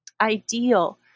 ideal